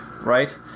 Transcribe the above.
right